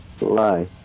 Lie